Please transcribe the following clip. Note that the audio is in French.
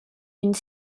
une